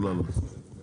יכול להעלות, יכול להעלות.